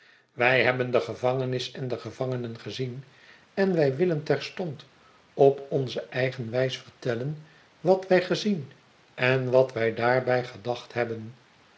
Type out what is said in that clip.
wij hebben de gevangenis en de gevangenen gezien en wij willen terstond op onze eigen wijs vertellen wat wij gezien en wat wij daarbij gedacht hebbem